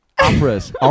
Operas